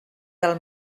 del